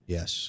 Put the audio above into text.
Yes